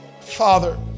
father